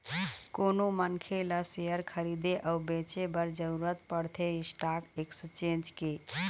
कोनो मनखे ल सेयर खरीदे अउ बेंचे बर जरुरत पड़थे स्टाक एक्सचेंज के